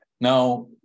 Now